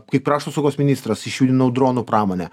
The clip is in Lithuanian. kaip krašto apsaugos ministras išjudinau dronų pramonę